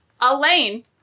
Elaine